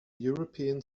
european